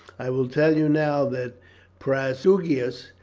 i will tell you now that prasutagus,